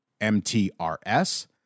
MTRS